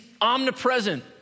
omnipresent